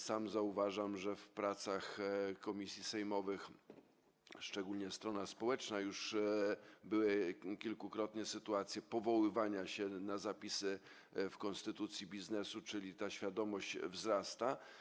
Sam zauważam, że w pracach komisji sejmowych, szczególnie po stronie społecznej, już kilkukrotnie były sytuacje, kiedy powoływano się na zapisy konstytucji biznesu, czyli ta świadomość wzrasta.